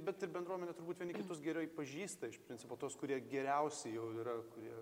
bet ir bendruomenė turbūt vieni kitus gerioi pažįsta iš principo tuos kurie geriausi jau yra kurie